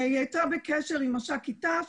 היא הייתה בקשר עם מש"קית ת"ש,